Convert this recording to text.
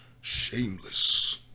shameless